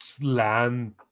Land